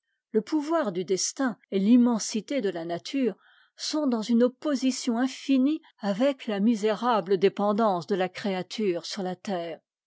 le pouvoir du destin et l'immensité de la nature sont dans une opposition infinie avec la misérable dépendance de la créature sur la terre